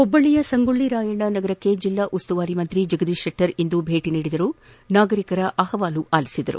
ಹುಬ್ಬಳ್ಳಿಯ ಸಂಗೊಳ್ಳ ರಾಯಣ್ಣ ನಗರಕ್ಕೆ ಜಿಲ್ಲಾ ಉಸ್ತುವಾರಿ ಸಚಿವ ಜಗದೀಶ್ ಶೆಟ್ಟರ್ ಇಂದು ಭೇಟ ನೀಡಿ ನಾಗರಿಕರ ಅಹವಾಲುಗಳನ್ನು ಆಲಿಸಿದರು